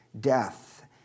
death